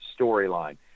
storyline